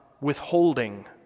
withholding